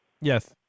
Yes